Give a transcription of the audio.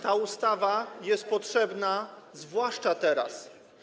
Ta ustawa jest potrzebna zwłaszcza teraz.